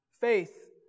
Faith